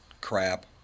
crap